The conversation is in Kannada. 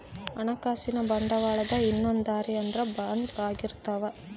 ಹಣಕಾಸಿನ ಬಂಡವಾಳದ ಇನ್ನೊಂದ್ ದಾರಿ ಅಂದ್ರ ಬಾಂಡ್ ಆಗಿರ್ತವ